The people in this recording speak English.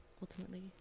ultimately